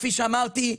כפי שאמרתי,